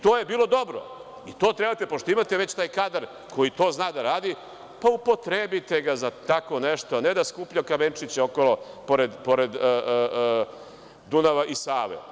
To je bilo dobro i to treba, pošto imate već taj kadar koji to zna da radi, pa upotrebite ga za tako nešto, ne da skuplja kamenčiće okolo pored Dunava i Save.